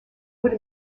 would